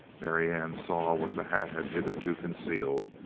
marianne saw what the hat had hitherto concealed,